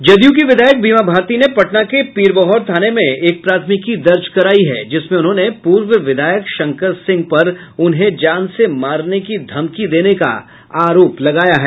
जदयू की विधायक बीमा भारती ने पटना के पीरबहोर थाने में एक प्राथमिकी दर्ज करायी है जिसमें उन्होंने पूर्व विधायक शंकर सिंह पर उन्हें जान से मारने की धमकी देने का आरोप लगाया है